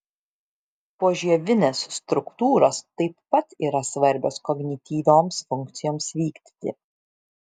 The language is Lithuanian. požievinės struktūros taip pat yra svarbios kognityvioms funkcijoms vykdyti